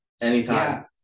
anytime